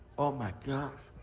oh, my god.